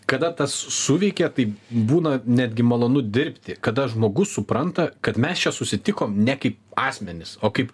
kada tas suveikė tai būna netgi malonu dirbti kada žmogus supranta kad mes čia susitikom ne kaip asmenys o kaip